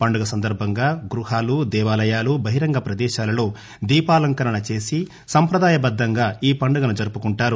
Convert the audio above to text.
పండుగ సందర్బంగా గ్బహాలు దేవాలయాలు బహిరంగ ప్రదేశాలలో దీపాలంకరణ చేసి సంప్రదాయబద్దంగా ఈ పండుగను జరుపుకుంటారు